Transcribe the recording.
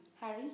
Harry